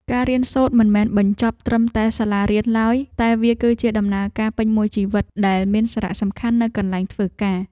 ការរៀនសូត្រមិនមែនបញ្ចប់ត្រឹមតែសាលារៀនឡើយតែវា គឺជាដំណើរការពេញមួយជីវិតដែលមានសារៈសំខាន់នៅកន្លែងធ្វើការ។